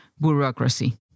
bureaucracy